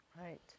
Right